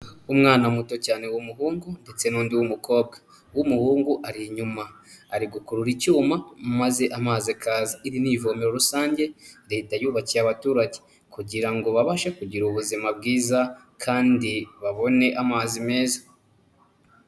Umwana muto cyane w'umuhungu ndetse n'undi w'umukobwa. Uw'umuhungu ari inyuma. Ari gukurura icyuma maze amazi akaza. Iri ni ivomero rusange Leta yubakiye abaturage. Kugira ngo babashe kugira ubuzima bwiza kandi babone amazi meza.